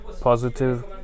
positive